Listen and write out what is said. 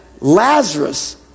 Lazarus